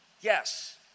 Yes